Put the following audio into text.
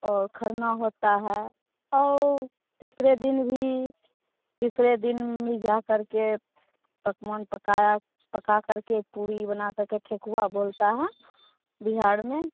और खन्ना होता है और तीसरे दिन भी तीसरे दिन भी जा कर के पकवान पकाया पका कर के पूड़ी बना कर के ठेकुआ बोलता है बिहार में